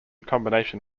combination